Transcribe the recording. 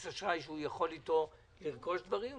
אשראי שהוא יכול איתו לרכוש דברים,